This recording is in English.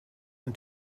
and